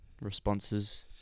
responses